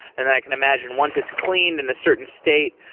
and i can imagine, once it's cleaned in a certain state,